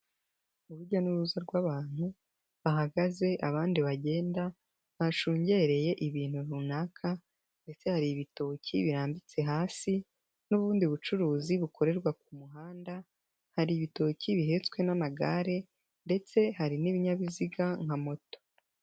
Urujya n'uruza rw'abantu, bahagaze abandi bagenda, bashungereye ibintu runaka ndetse hari ibitoki birambitse hasi n'ubundi bucuruzi bukorerwa ku muhanda, hari ibitoki bihetswe n'amagare ndetse hari n'ibinyabiziga nka moto.